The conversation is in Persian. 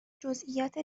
جزییات